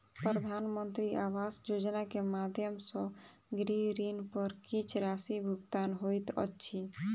प्रधानमंत्री आवास योजना के माध्यम सॅ गृह ऋण पर किछ राशि भुगतान होइत अछि